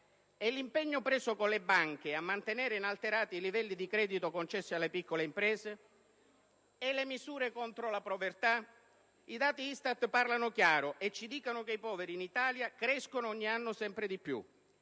E l'impegno preso con le banche a mantenere inalterati i livelli di credito concessi alle piccole imprese? E le misure contro la povertà? I dati ISTAT parlano chiaro, e ci dicono che i poveri in Italia crescono ogni anno sempre di più.